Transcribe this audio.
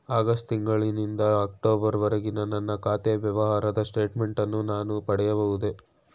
August ತಿಂಗಳು ನಿಂದ October ವರೆಗಿನ ನನ್ನ ಖಾತೆ ವ್ಯವಹಾರದ ಸ್ಟೇಟ್ಮೆಂಟನ್ನು ನಾನು ಪಡೆಯಬಹುದೇ?